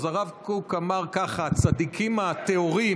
אז הרב קוק אמר ככה: הצדיקים הטהורים,